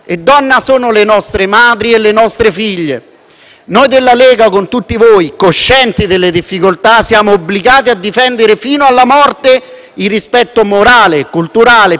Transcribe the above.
Noi della Lega, con tutti voi, coscienti delle difficoltà, siamo obbligati a difendere fino alla morte il rispetto morale, culturale, psicologico e fisico di tutte le donne.